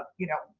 ah you know,